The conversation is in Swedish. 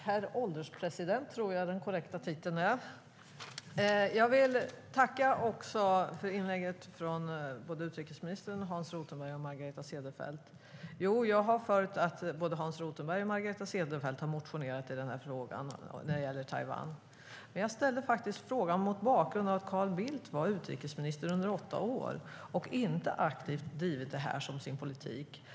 Herr ålderspresident! Jag tackar för inläggen från utrikesministern, Hans Rothenberg och Margareta Cederfelt. Jag vet att både Hans Rothenberg och Margareta Cederfelt har motionerat i Taiwanfrågan. Jag ställde min fråga mot bakgrund av att Carl Bildt var utrikesminister i åtta år utan att driva frågan aktivt som sin politik.